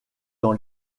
dans